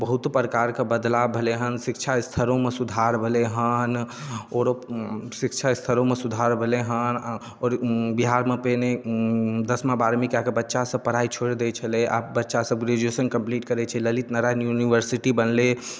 बहुत प्रकारके बदलाव भेलै हेँ शिक्षा अस्तरोमे सुधार भेलै हेँ आओर शिक्षा अस्तरोमे सुधार भेलै हेँ आओर बिहारमे पहिने दसमा बारहवीँ कऽ कऽ बच्चासब पढ़ाइ छोड़ि दै छलै आब बच्चासब ग्रेजुएशन कम्प्लीट करै छै ललित नारायण यूनिवर्सिटी बनलै